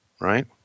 right